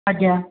ଆଜ୍ଞା